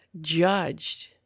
judged